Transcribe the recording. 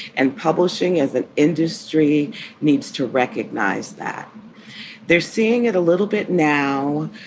and publishing as an industry needs to recognize that they're seeing it a little bit now.